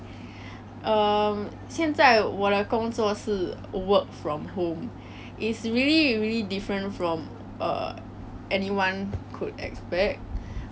the previous batches um 我自己喜欢这个 internship 的工作就是 actually 是 basically work from home